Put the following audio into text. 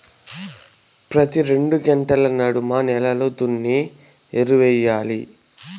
ప్రతి రెండు పంటల నడమ నేలలు దున్ని ఎరువెయ్యాలి